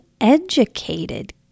educated